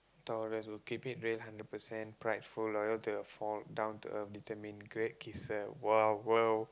Taurus will keep it real hundred percent prideful loyal to a fault down-to-earth determined great kisser !wow! !wow!